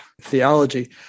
theology